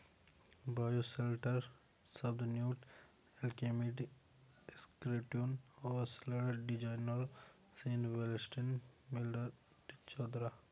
bioshelter शब्द New Alchemy Institute और सौर डिजाइनरों Sean Wellesley Miller, Day Chahroudi द्वारा गढ़ा गया था